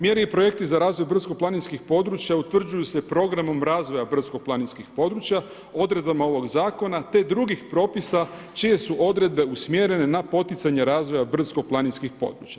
Mjere i projekti za razvoj brdsko-planinskih područja utvrđuju se programom razvoja brdsko-planinskih područja, odredbama ovog zakona te drugih propisa čije su odredbe usmjerene na poticanje razvoja brdsko-planinskih područja.